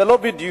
זה לא בדיוק.